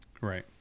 right